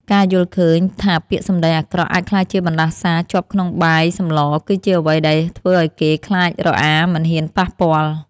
ការយល់ឃើញថាពាក្យសម្ដីអាក្រក់អាចក្លាយជាបណ្តាសាជាប់ក្នុងបាយសម្លគឺជាអ្វីដែលធ្វើឱ្យគេខ្លាចរអាមិនហ៊ានប៉ះពាល់។